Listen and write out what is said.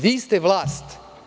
Vi ste vlast.